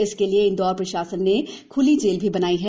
इसके लिए इंदौर प्रशासन ने ख्ली जेल भी बनाई है